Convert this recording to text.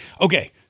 Okay